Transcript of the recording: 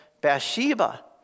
Bathsheba